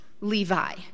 Levi